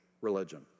religion